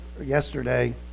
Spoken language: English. yesterday